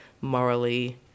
morally